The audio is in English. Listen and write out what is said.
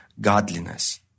godliness